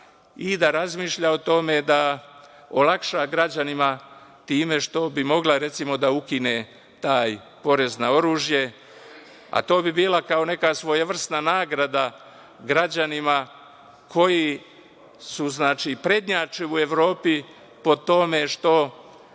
i da razmišlja o tome da olakša građanima time što bi, recimo, mogla da ukine taj porez na oružje. To bi bila kao neka svojevrsna nagrada građanima koji su, znači prednjače u Evropi po tome što